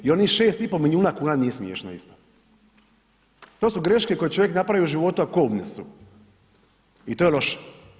I onih 6,5 milijuna kuna nije smiješno isto, to su greške koje napravi u životu, a kobne su i to je loše.